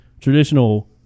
traditional